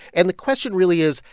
and the question really is,